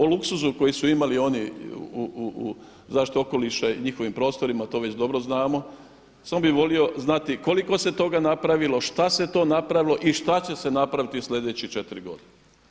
O luksuzu koji su imali oni u zaštiti okoliša i njihovim prostorima to već dobro znamo, samo bih volio znati koliko se toga napravilo šta se to napravilo i šta će se napraviti u sljedeće četiri godine.